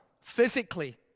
physically